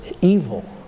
evil